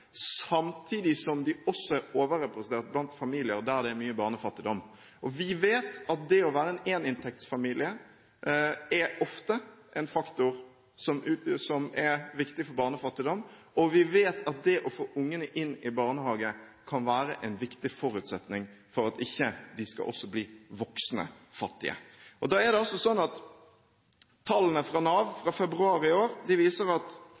samtidig som de også er overrepresentert blant familier der det er mye barnefattigdom. Vi vet at det å være en éninntektsfamilie ofte er en årsaksfaktor når det gjelder barnefattigdom, og vi vet at det å få ungene inn i barnehage kan være en viktig forutsetning for at de ikke også skal bli voksne fattige. Tallene fra Nav fra februar i år viser at